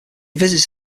visits